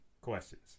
questions